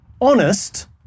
honest